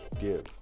give